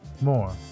more